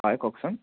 হয় কওকচোন